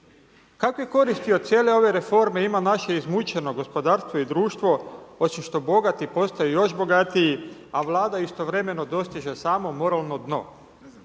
Kakve koristi od cijele ove reforme ima naši izmućeno gospodarstvo i društvo, osim što bogati postaju još bogatiji, a Vlada istovremeno dostiže samo …/Govornik